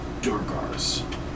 Durgars